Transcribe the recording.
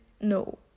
no